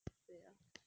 对呀